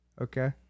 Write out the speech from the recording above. Okay